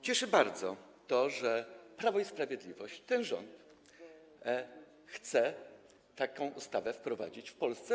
Cieszy bardzo to, że Prawo i Sprawiedliwość, ten rząd, chce taką ustawę wprowadzić w Polsce.